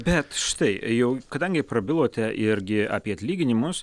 bet štai jau kadangi prabilote irgi apie atlyginimus